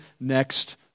next